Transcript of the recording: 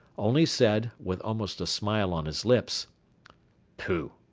only said, with almost a smile on his lips pooh!